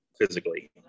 physically